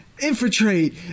infiltrate